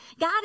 God